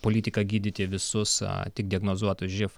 politiką gydyti visus tik diagnozuotus živ